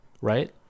right